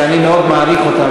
שאני מאוד מעריך אותה,